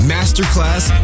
Masterclass